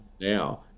now